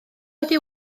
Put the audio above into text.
wedi